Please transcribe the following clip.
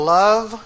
love